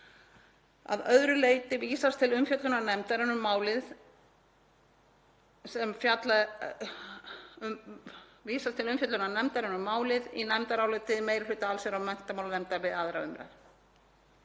Að öðru leyti vísast til umfjöllunar nefndarinnar um málið í nefndaráliti meiri hluta allsherjar- og menntamálanefndar við 2. umræðu.